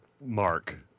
mark